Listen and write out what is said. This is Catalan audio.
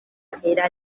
era